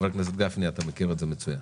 חבר הכנסת גפני, אתה מכיר את זה מצוין.